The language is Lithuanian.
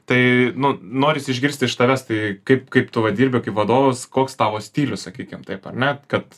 tai nu norisi išgirsti iš tavęs tai kaip kaip tu va dirbi kaip vadovas koks tavo stilius sakykime taip ar ne kad